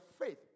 faith